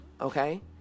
okay